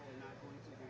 going to